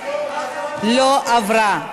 לא עברה.